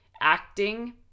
acting